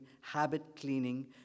habit-cleaning